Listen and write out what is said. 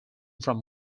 from